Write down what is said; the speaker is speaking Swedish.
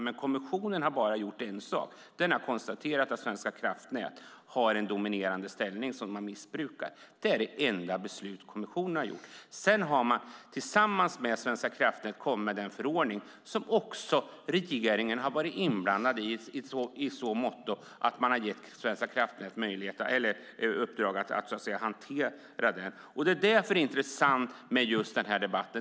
Men kommissionen har bara gjort en sak, den har konstaterat att Svenska kraftnät har en dominerande ställning som missbrukas. Det är det enda beslut som har kommit från kommissionen. Sedan har man tillsammans med Svenska kraftnät kommit med den förordning som även regeringen har varit inblandad i i så måtto att man har gett Svenska kraftnät i uppdrag att hantera detta. Därför är det intressant med denna debatt.